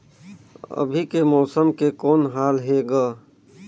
अभी के मौसम के कौन हाल हे ग?